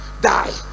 die